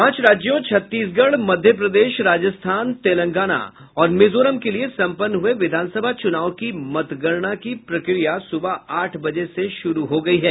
पांच राज्यों छत्तीसगढ़ मध्य प्रदेश राजस्थान तेलंगाना और मिजोरम के लिये सम्पन्न हुए विधानसभा चुनाव की मतगणना की प्रक्रिया सुबह आठ बजे से शुरू हो गयी है